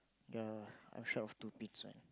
yea I'm short of two pins right